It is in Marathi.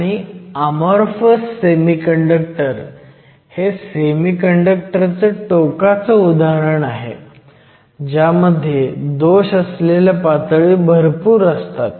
आणि अमॉरफस सेमीकंडक्टर हे सेमीकंडक्टर चं टोकाचं उदाहरण आहे ज्यामध्ये दोष असलेल्या पातळी भरपूर असतात